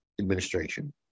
administration